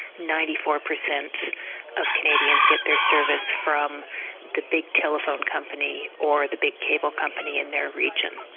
ninety four per cent of canadians get their service from the big telephone company or the big cable company in their region.